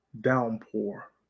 downpour